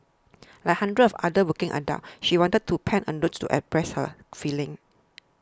like hundreds of other working adults she wanted to pen a note to express her feelings